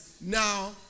Now